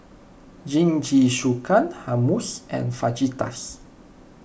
Jingisukan Hummus and Fajitas